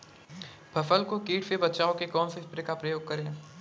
फसल को कीट से बचाव के कौनसे स्प्रे का प्रयोग करें?